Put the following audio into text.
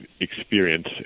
experience